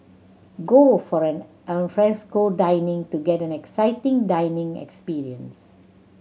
go for an alfresco dining to get an exciting dining experience